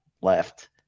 left